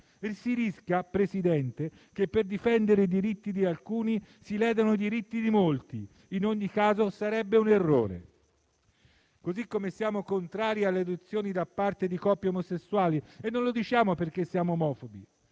Si rischia che, per difendere i diritti di alcuni, si ledano i diritti di molti; in ogni caso, sarebbe un errore. Siamo inoltre contrari alle adozioni da parte di coppie omosessuali, e non lo diciamo perché siamo omofobi,